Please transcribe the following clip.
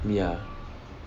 ya